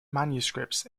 manuscripts